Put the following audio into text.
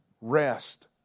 Rest